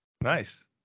Nice